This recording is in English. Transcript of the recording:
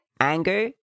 anger